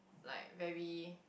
like very